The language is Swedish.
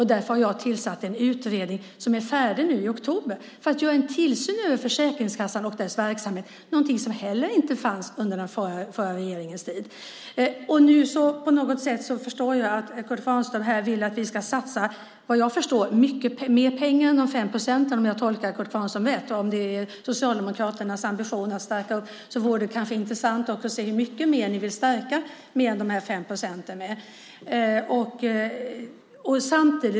Därför har jag tillsatt en utredning som blir färdig i oktober. Nu förstår jag att Kurt Kvarnström vill att vi ska satsa mycket mer pengar än de 5 procenten. Om detta är Socialdemokraternas ambition vore det intressant att se hur mycket mer ni vill stärka detta med.